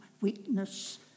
weakness